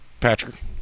Patrick